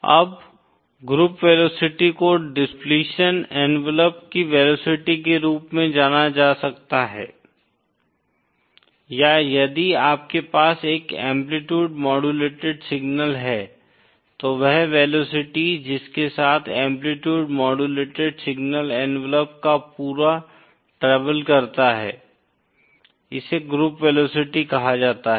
अब group velocity को depletion envelope की वेलोसिटी के रूप में माना जा सकता है या यदि आपके पास एक एम्पलीटूड मॉडलटेड सिग्नल है तो वह वेलोसिटी जिसके साथ एम्पलीटूड मॉडलटेड सिग्नल एनवलप का पूरा ट्रेवल करता हैं इसे ग्रुप वेलोसिटी कहाजाता है